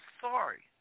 sorry